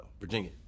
Virginia